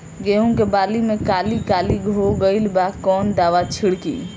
गेहूं के बाली में काली काली हो गइल बा कवन दावा छिड़कि?